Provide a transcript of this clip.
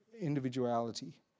individuality